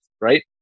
right